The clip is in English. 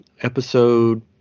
Episode